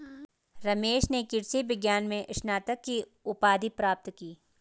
रमेश ने कृषि विज्ञान में स्नातक की उपाधि प्राप्त की